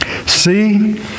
See